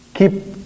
Keep